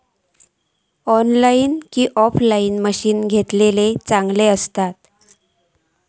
Online काय offline मशीनी घेतलेले बरे आसतात?